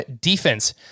defense